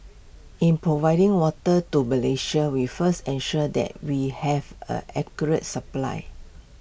in providing water to Malaysia we first ensure that we have A accurate supply